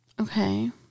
Okay